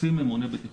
רוצים ממונה בטיחות.